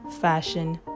fashion